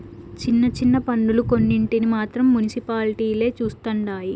చిన్న చిన్న పన్నులు కొన్నింటిని మాత్రం మునిసిపాలిటీలే చుస్తండాయి